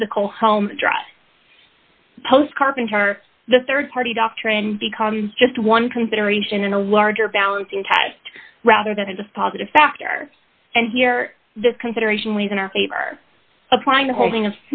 physical home address post carpenter the rd party doctrine becomes just one consideration in a larger balancing test rather than just positive factor and here the consideration li's in our favor applying the holding